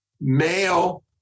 male